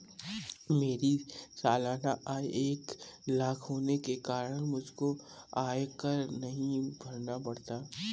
मेरी सालाना आय एक लाख होने के कारण मुझको आयकर नहीं भरना पड़ता